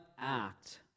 act